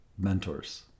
Mentors